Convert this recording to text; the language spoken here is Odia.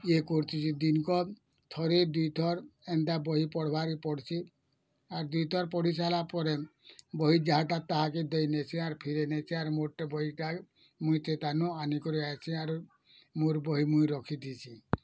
ଇଏ କରୁଛି ଦିନ କତ ଥରେ ଦୁଇ ଥର ଏନ୍ତା ବହି ପଢ଼୍ବାର୍ କେ ପଢୁଛି ଆର୍ ଦୁଇ ଥର ପଢ଼ିସାରିଲା ପରେ ବହି ଯାଆଟା ତାହାକେ ଦେଇନେଇଛେ ଆର୍ ଫେରାଇ ନେଇଛେ ଆର୍ ମୋଟେ ବହିଟା ମୁଇଁ ସେଟାନୁ ଆନିକରି ଆଇଛେଁ ଆରୁ ମୋର୍ ବହି ମୁଇଁ ରଖିଦେଇଛି